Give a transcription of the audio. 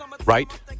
Right